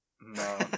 No